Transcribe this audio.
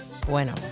bueno